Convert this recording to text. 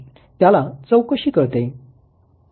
त्याला चव कशी कळते